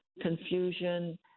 confusion